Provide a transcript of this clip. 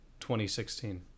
2016